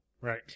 Right